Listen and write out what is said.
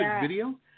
video